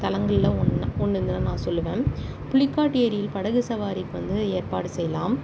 தலங்கள்ல ஒன்றா ஒன்றுன்னு தான் நான் சொல்லுவேன் புலிக்காட்டு ஏரியில் படகு சவாரிக்கு வந்து ஏற்பாடு செய்யலாம்